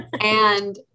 And-